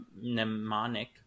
mnemonic